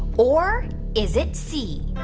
or is it c,